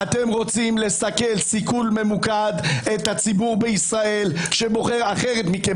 אתם רוצים לסכל סיכול ממוקד את הציבור בישראל שבוחר אחרת מכם.